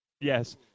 Yes